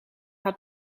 had